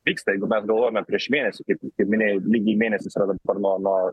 vyksta jeigu mes galvojome prieš mėnesį kaip kaip minėjai lygiai mėnesis yra dabar nuo nuo